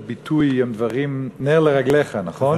נר לרגליו, נכון?